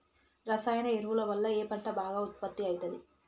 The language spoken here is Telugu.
రసాయన ఎరువుల వల్ల ఏ పంట బాగా ఉత్పత్తి అయితది?